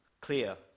clear